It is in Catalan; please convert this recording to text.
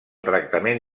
tractament